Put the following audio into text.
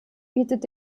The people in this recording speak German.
bietet